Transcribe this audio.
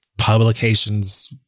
publications